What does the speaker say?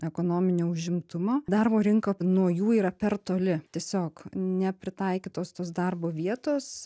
ekonominio užimtumo darbo rinka nuo jų yra per toli tiesiog nepritaikytos tos darbo vietos